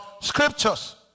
scriptures